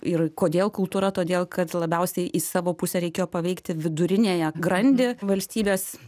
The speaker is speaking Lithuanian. ir kodėl kultūra todėl kad labiausiai į savo pusę reikėjo paveikti viduriniąją grandį valstybės